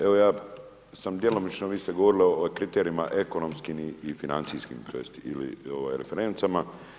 Evo ja sam djelomično, vi ste govorili o kriterijima, ekonomskim i financijskim tj. ovaj referencama.